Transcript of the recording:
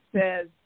says